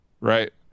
Right